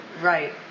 Right